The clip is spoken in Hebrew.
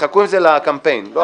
חכו עם זה לקמפיין, לא עכשיו.